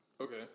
Okay